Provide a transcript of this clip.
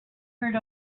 heard